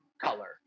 color